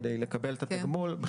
כדי לקבל את התגמול,